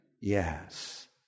Yes